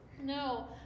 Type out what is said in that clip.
No